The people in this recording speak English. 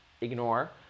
ignore